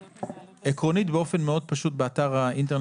עקרונית באופן מאוד פשוט באתר האינטרנט